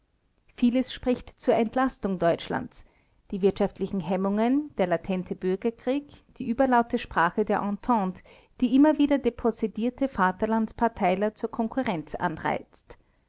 vieles spricht zur entlastung deutschlands die wirtschaftlichen hemmungen der latente bürgerkrieg die überlaute sprache der entente die immer wieder depossedierte vaterlandsparteiler zur konkurrenz anreizt